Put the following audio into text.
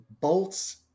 bolts